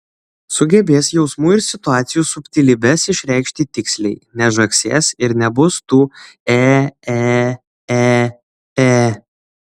sugebės jausmų ir situacijų subtilybes išreikšti tiksliai nežagsės ir nebus tų e e e e